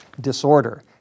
Disorder